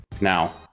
now